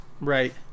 right